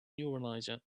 neuralizer